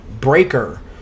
Breaker